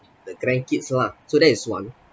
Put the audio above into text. the grandkids lah so that is one